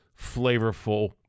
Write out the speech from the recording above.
flavorful